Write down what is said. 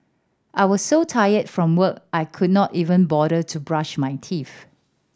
I was so tired from work I could not even bother to brush my teeth